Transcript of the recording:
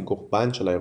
כקורבן של האירועים.